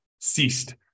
ceased